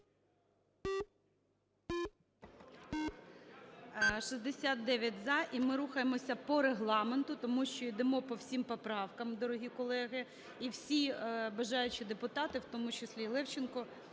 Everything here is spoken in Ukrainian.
За-69 І ми рухаємося по Регламенту, тому що йдемо по всім поправкам, дорогі колеги. І всі бажаючі депутати, в тому числі і Левченко,